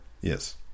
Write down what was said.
Yes